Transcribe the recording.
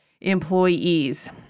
employees